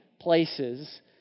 places